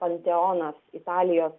panteonas italijos